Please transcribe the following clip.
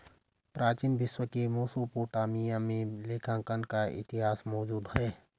प्राचीन विश्व के मेसोपोटामिया में लेखांकन का इतिहास मौजूद है